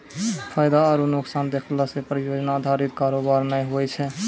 फायदा आरु नुकसान देखला से परियोजना अधारित कारोबार नै होय छै